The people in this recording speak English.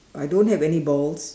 I don't have any balls